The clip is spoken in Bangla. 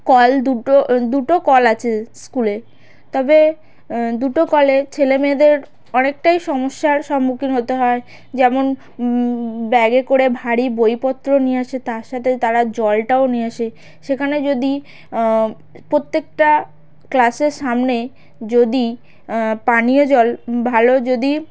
কল দুটো দুটো কল আছে স্কুলে তবে দুটো কলে ছেলে মেয়েদের অনেকটাই সমস্যার সম্মুখীন হতে হয় যেমন ব্যাগে করে ভারী বইপত্র নিয়ে আসে তার সাতে তারা জলটাও নিয়ে আসে সেখানে যদি প্রত্যেকটা ক্লাসের সামনে যদি পানীয় জল ভালো যদি